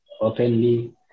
openly